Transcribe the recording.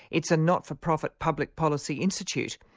it's a not-for-profit public policy institute.